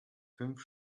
fünf